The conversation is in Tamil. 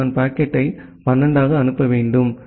எனவே நான் பாக்கெட்டை 12 ஆக அனுப்ப வேண்டும்